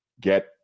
get